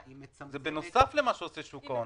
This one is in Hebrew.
זה בנוסף למה שעושה שוק ההון.